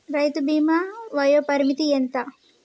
రైతు బీమా వయోపరిమితి ఎంత?